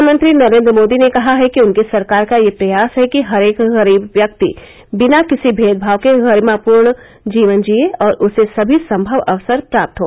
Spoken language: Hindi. प्रधानमंत्री नरेन्द्र मोदी ने कहा है कि उनकी सरकार का यह प्रयास है कि हरेक गरीब व्यक्ति बिना किसी भेदभाव के गरिमापूर्ण जीवन जिए और उसे सभी संभव अवसर प्राप्त हों